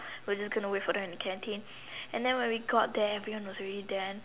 we're just gonna wait for them at the canteen and then when we got there everybody was already there